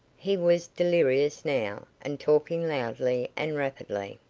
he was delirious now, and talking loudly and rapidly.